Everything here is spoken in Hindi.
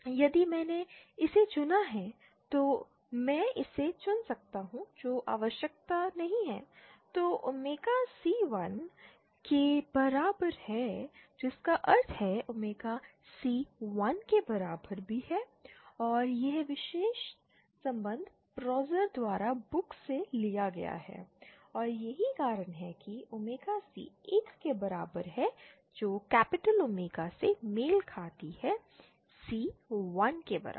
यदि मैंने इसे चुना है तो मैं इसे चुन सकता हूं जो आवश्यक नहीं है तो ओमेगा c 1 के बराबर है जिसका अर्थ है ओमेगा c 1 के बराबर भी है और यह विशेष संबंध पोजर द्वारा पुस्तक से लिया गया है और यही कारण है कि ओमेगा c 1 के बराबर है जो कैपिटल ओमेगा से मेल खाती है c 1 के बराबर